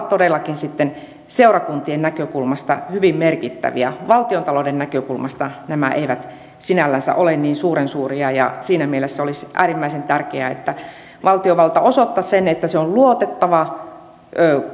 todellakin sitten seurakuntien näkökulmasta hyvin merkittäviä valtiontalouden näkökulmasta nämä eivät sinällänsä ole niin suuren suuria ja siinä mielessä olisi äärimmäisen tärkeää että valtiovalta osoittaisi sen että se on luotettava